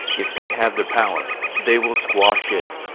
if they have the power, they will squash it.